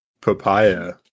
papaya